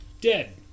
Dead